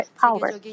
power